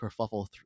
kerfuffle